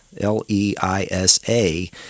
L-E-I-S-A